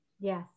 yes